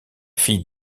fille